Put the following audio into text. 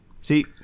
See